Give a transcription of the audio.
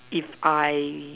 if I